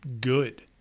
good